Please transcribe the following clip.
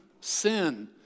sin